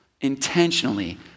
intentionally